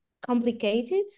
complicated